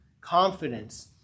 confidence